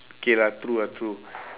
K lah true ah true